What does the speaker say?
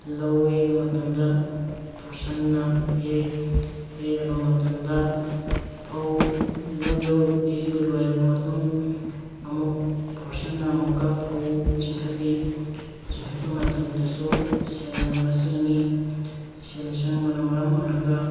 ꯂꯧ ꯌꯩꯕ ꯃꯇꯝꯗ ꯐꯣꯔꯁꯟꯅ ꯌꯩ ꯌꯩꯔꯕ ꯃꯇꯝꯗ ꯐꯧ ꯂꯧ ꯌꯩꯕ ꯂꯣꯏꯔꯕ ꯃꯇꯨꯡ ꯑꯃꯨꯛ ꯐꯣꯔꯁꯟꯅ ꯑꯃꯨꯛꯀ ꯐꯧ ꯆꯤꯡꯈꯠꯂꯤ ꯆꯤꯡꯈꯠꯄ ꯃꯇꯝꯗꯁꯨ ꯁꯦꯜ ꯌꯥꯝꯅ ꯆꯪꯉꯤ ꯁꯦꯜ ꯆꯪꯕꯅ ꯃꯔꯝ ꯑꯣꯏꯔꯒ